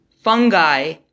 fungi